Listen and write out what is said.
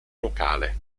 locale